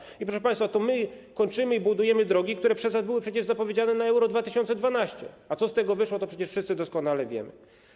I to my, proszę państwa, kończymy i budujemy drogi, które przez was były przecież zapowiedziane na Euro 2012, a co z tego wyszło, to przecież wszyscy doskonale wiemy.